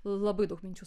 labai daug minčių